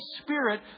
Spirit